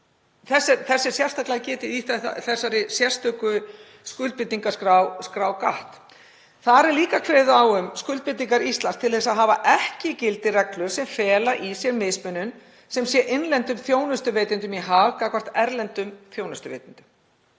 Þess er sérstaklega getið í skuldbindingaskrá GATT. Þar er líka kveðið á um skuldbindingar Íslands til þess að hafa ekki í gildi reglur sem fela í sér mismunun sem sé innlendum þjónustuveitendum í hag gagnvart erlendum þjónustuveitendum.